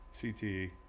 CTE